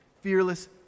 fearless